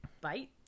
bite